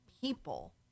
people